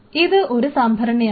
ഇത് ഒരു സംഭരണിയാണ്